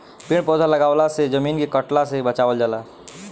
पेड़ पौधा लगवला से जमीन के कटला से बचावल जाला